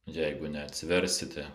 jeigu neatsiversite